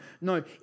No